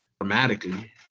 dramatically